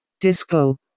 Disco